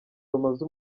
rumaze